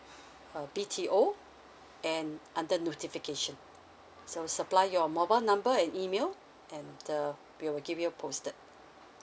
uh B_T_O and under notification so supply your mobile number and email and uh we will give you posted